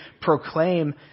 proclaim